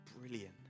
brilliant